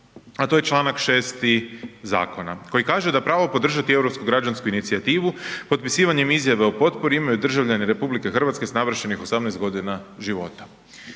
A to je čl. 6. zakona koji kaže da pravo podržati europsku građansku inicijativu potpisivanjem izjave o potpori imaju državljani RH s navršenih 18 g. života.